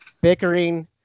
bickering